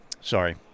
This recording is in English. sorry